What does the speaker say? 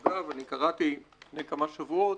אגב, אני קראתי לפני כמה שבועות,